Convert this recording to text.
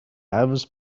elvis